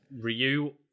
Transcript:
Ryu